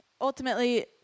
ultimately